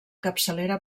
capçalera